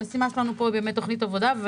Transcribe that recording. המשימה שלנו כאן היא באמת להציג תוכנית עבודה.